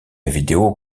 vidéo